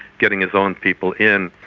getting his own people in.